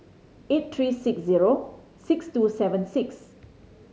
eight three six zero six two seven six